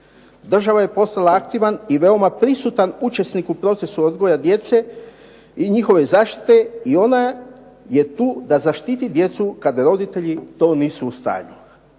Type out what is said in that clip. Država je postala aktivan i veoma prisutan učesnik u procesu odgoja djece i njihove zaštite i ona je tu da zaštiti djecu kada roditelji to nisu u stanju.